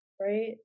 right